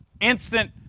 Instant